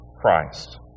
Christ